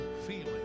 feeling